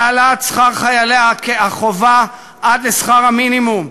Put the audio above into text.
להעלאת שכר חיילי החובה עד לשכר המינימום,